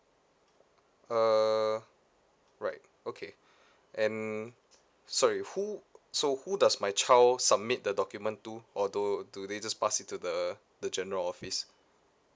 uh right okay and sorry who so who does my child submit the document to or do do they just pass it to the the general office